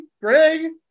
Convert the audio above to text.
Greg